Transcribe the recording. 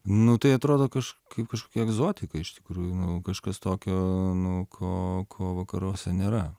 nu tai atrodo kaip kažkokia egzotika iš tikrųjų kažkas tokio nu ko ko vakaruose nėra